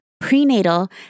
prenatal